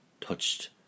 touched